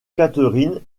catherine